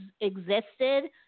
existed